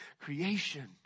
creation